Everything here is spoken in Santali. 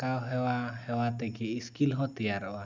ᱟᱸᱠᱟᱣ ᱦᱮᱣᱟ ᱦᱮᱣᱟ ᱛᱮᱜᱮ ᱤᱥᱠᱤᱞ ᱦᱚᱸ ᱛᱮᱭᱟᱨᱚᱜᱼᱟ